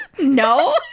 No